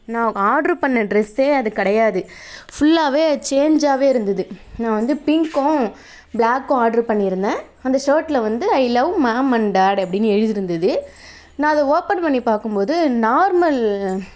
நான் ஆடரு பண்ண டிரெஸ்ஸே அது கிடையாது ஃபுல்லாகவே அது சேஞ்சாகவே இருந்தது நான் வந்து பிங்க்கும் பிளாக்கும் ஆடரு பண்ணியிருந்தேன் அந்த ஷர்ட்டில் வந்து I love mom and dad அப்படினு எழுதிருந்தது நான் அதை ஓப்பன் பண்ணி பார்க்கும் போது நார்மல்